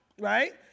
right